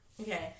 Okay